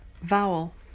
vowel